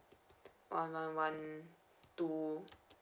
one one one two